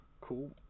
cool